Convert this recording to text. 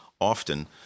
often